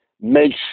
makes